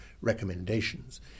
recommendations